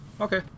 okay